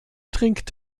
trinkt